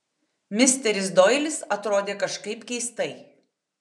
misteris doilis atrodė kažkaip keistai